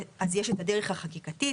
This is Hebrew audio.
אז יש את הדרך החקיקתית,